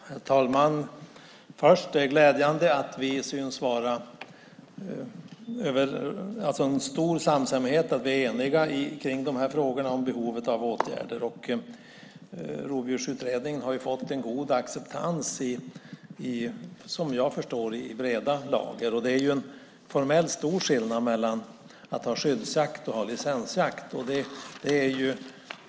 Herr talman! Det är glädjande att vi synes vara överens, har stor samstämmighet, är eniga, i frågorna som rör behovet av åtgärder. Rovdjursutredningen har fått en god acceptans, som jag förstår, i breda lager. Det är en formellt stor skillnad mellan att ha skyddsjakt och licensjakt.